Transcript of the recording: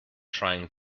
trying